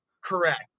Correct